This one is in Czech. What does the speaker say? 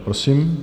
Prosím.